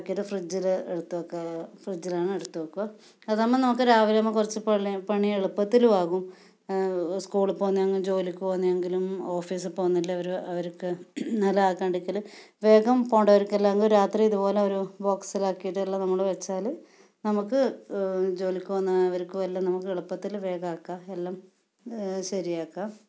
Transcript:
ആക്കിയിട്ട് ഫ്രിഡ്ജിൽ എടുത്ത് വയ്ക്കാം ഫ്രിഡ്ജിലാണ് എടുത്ത് വയ്ക്കുക അതാകുമ്പോൾ നമുക്ക് രാവിലെ കുറച്ച് പണി എളുപ്പത്തിലും ആകും സ്കൂളിൽ പോകുന്നെങ്കിലും ജോലിക്ക് പോകുന്നെങ്കിലും ഓഫീസിൽ പോകുന്നുള്ളവർ അവർക്ക് അല്ല ആർക്കാണ്ടെങ്കിലും വേഗം പോകേണ്ടവർക്കെല്ലാം രാത്രി ഇതുപോലെ ഒരു ബോക്സിൽ ആക്കിയിട്ടെല്ലാം നമ്മൾ വെച്ചാൽ നമുക്ക് ജോലിക്ക് പോകുന്നവർക്ക് എല്ലാം നമുക്ക് എളുപ്പത്തിൽ വേഗം ആക്കാം എല്ലാം ശരിയാക്കാം